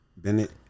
Bennett